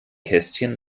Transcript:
kästchen